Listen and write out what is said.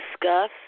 discuss